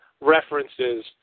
references